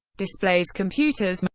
displays, computers,